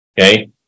okay